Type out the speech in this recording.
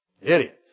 idiots